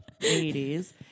80s